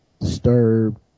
disturbed